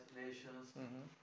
Nations